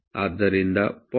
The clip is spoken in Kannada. ಆದ್ದರಿಂದ 0